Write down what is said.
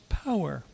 power